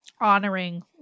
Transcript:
honoring